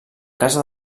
casa